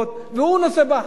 והוא נושא באחריות,